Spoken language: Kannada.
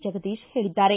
ಜಗದೀಶ್ ಹೇಳಿದ್ದಾರೆ